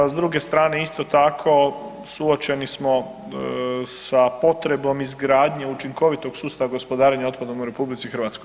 S druge strane isto tako suočeni smo sa potrebom izgradnje učinkovitog sustava gospodarenja otpadom u RH.